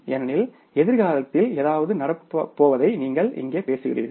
ஏனெனில் எதிர்காலத்தில் ஏதாவது நடப்போவதை நாம் இங்கே பேசுகிறோம்